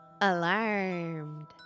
alarmed